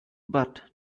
but